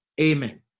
Amen